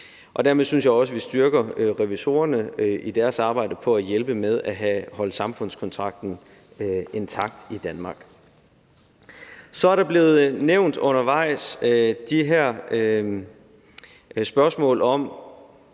Dermed synes jeg også, vi styrker revisorerne i deres arbejde med at hjælpe med at holde samfundskontrakten intakt i Danmark. Så er der undervejs blevet nævnt de her spørgsmål om,